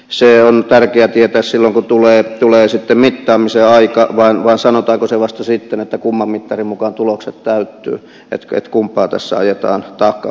se on tärkeä tietää silloin kun tulee sitten mittaamisen aika vai sanotaanko se vasta sitten kumman mittarin mukaan tulokset täyttyvät että kumpaa tässä ajetaan takaa